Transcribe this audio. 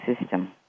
system